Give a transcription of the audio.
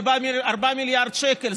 4 מיליארד שקל.